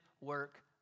work